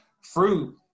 fruit